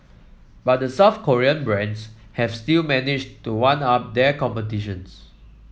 but the South Korean brands have still managed to one up their competitions